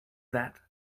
that